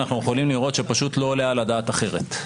אנחנו יכולים לראות שפשוט לא עולה על הדעת אחרת.